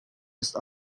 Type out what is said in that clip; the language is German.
ist